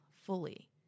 fully